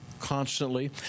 Constantly